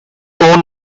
own